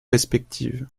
respectives